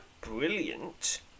brilliant